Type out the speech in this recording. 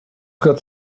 got